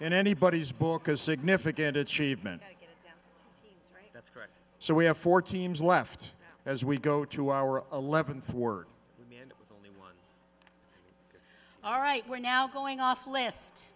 in anybody's book a significant achievement so we have four teams left as we go to our eleventh word all right we're now going off list